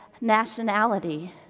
nationality